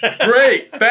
Great